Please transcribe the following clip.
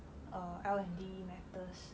err L&D matters